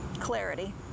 clarity